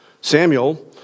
Samuel